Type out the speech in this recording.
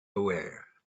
aware